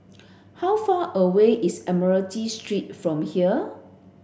how far away is Admiralty Street from here